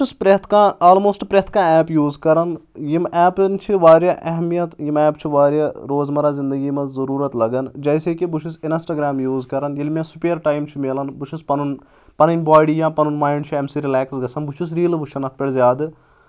بہٕ حظ چھُس پرٛؠتھ کانٛہہ آلموسٹ پرٛؠتھ کانٛہہ ایپ یوٗز کران یِم ایپَن چھِ واریاہ اہمیت یِم ایپ چھِ واریاہ روزمَرا زندگی منٛز ضروٗرت لگان جیسے کہِ بہٕ چھُس اِنسٹاگرٛام یوٗز کران ییٚلہِ مےٚ سُپیر ٹایم چھُ مِلان بہٕ چھُس پَنُن پَنٕنۍ باڈی یا پَنُن ماینٛڈ چھُ امہِ سۭتۍ رِلیکٕس گژھان بہٕ چھُس ریٖلہٕ وٕچھان اَتھ پؠٹھ زیادٕ